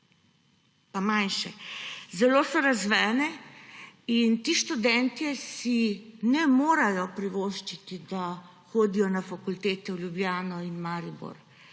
pa manjše. Zelo so razvejane. Ti študentje si ne morejo privoščiti, da hodijo na fakulteto v Ljubljano in Maribor,